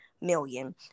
million